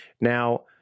Now